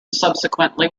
subsequently